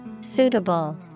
Suitable